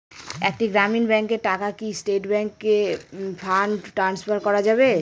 একটি গ্রামীণ ব্যাংকের টাকা কি স্টেট ব্যাংকে ফান্ড ট্রান্সফার করা যাবে?